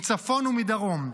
מצפון ומדרום,